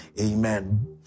Amen